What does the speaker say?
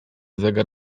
zegar